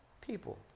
people